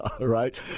Right